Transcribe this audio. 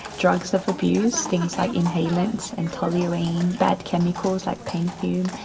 drugs of abuse, things like inhalants and toluene, bad chemicals like paint fumes,